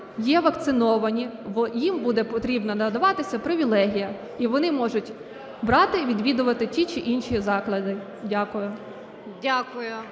є вакциновані, їм буде потрібно… надаватися привілей. І вони можуть брати і відвідувати ті чи інші заклади. Дякую.